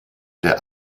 der